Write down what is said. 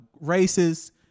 races